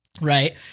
right